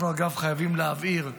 אנחנו אגב, חייבים להבהיר,